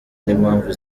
n’impamvu